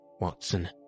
Watson